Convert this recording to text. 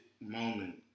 moment